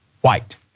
white